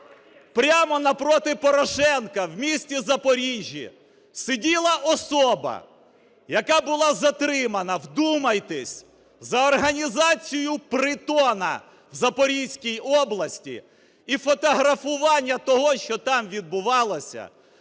прямо напроти Порошенка в місті Запоріжжі сиділа особа, яка була затримана – вдумайтесь! - за організацію притону в Запорізькій області, і фотографування того, що там відбувалося,